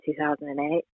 2008